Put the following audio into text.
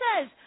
says